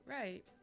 Right